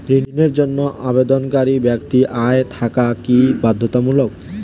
ঋণের জন্য আবেদনকারী ব্যক্তি আয় থাকা কি বাধ্যতামূলক?